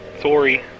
Sorry